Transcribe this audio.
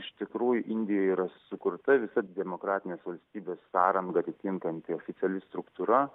iš tikrųjų indijoj yra sukurta visa demokratinės valstybės sąrangą atitinkanti oficiali struktūra